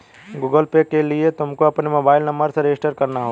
Google Pay के लिए तुमको अपने मोबाईल नंबर से रजिस्टर करना होगा